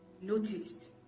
noticed